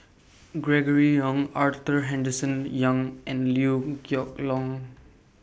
Gregory Yong Arthur Henderson Young and Liew Geok Leong